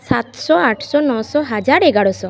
সাতশো আটশো নশো হাজার এগারোশো